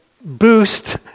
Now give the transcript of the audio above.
boost